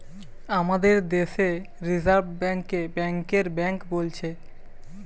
আমাদের দেশে reserve bank কে ব্যাংকের বেঙ্ক বোলছে